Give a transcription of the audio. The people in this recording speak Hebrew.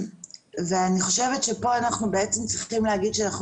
אני חושבת שפה אנחנו צריכים להגיד שאנחנו